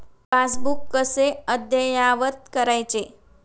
Passbook कसे अद्ययावत करायचे?